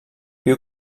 viu